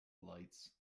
lights